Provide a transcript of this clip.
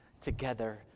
together